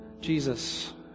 Jesus